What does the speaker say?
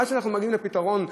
עד שאנחנו מגיעים לפתרון,